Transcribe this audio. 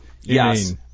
yes